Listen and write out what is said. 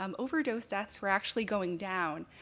um overdose deaths were actually going down.